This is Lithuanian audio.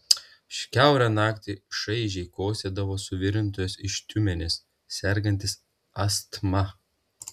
kiaurą naktį šaižiai kosėdavo suvirintojas iš tiumenės sergantis astma